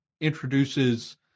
introduces